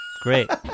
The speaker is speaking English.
great